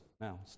now